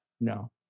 No